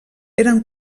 eren